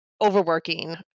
overworking